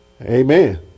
Amen